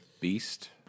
beast